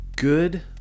good